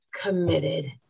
committed